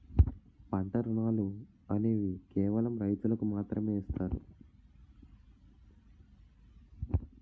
పంట రుణాలు అనేవి కేవలం రైతులకు మాత్రమే ఇస్తారు